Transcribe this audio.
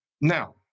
Now